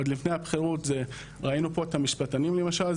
עוד לפני הבכירות ראינו פה את המשפטנים למשל.